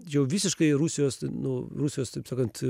jau visiškai rusijos nu rusijos taip sakant